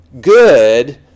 Good